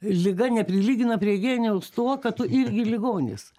liga ne prilygina prie genijaus tuo kad tu irgi ligonis